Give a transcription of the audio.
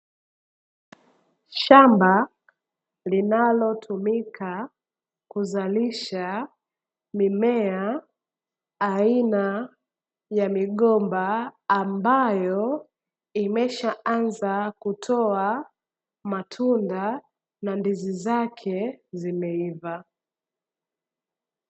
Shamba linalotumika kuzalisha mimea aina ya migomba, ambayo imeshaanza kutoa matunda na ndizi zake zimeiva.